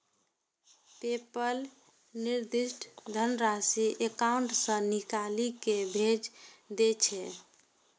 PayPal निर्दिष्ट धनराशि account सं निकालि कें भेज दै छै